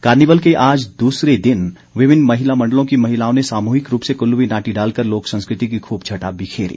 carnival के आज दूसरे दिन विभिन्न महिला मंडलों की महिलाओं ने सामूहिक रूप से कुल्लवी नाटी डालकर लोक संस्कृति की खूब छटा बिखेरी